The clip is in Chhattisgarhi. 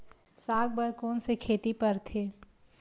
साग बर कोन से खेती परथे?